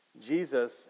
Jesus